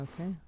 Okay